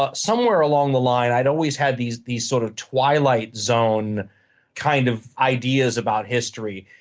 ah somewhere along the line i'd always had these these sort of twilight zone kind of ideas about history.